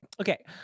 okay